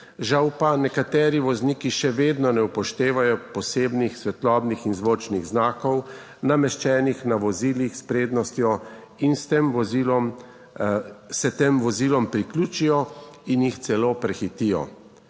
Žal pa nekateri vozniki še vedno ne upoštevajo posebnih svetlobnih in zvočnih znakov, nameščenih na vozilih s prednostjo in s tem vozilom se tem vozilom priključijo in jih celo prehitijo.